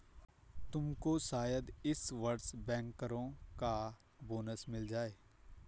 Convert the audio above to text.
तुमको शायद इस वर्ष बैंकरों का बोनस मिल जाए